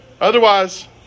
Otherwise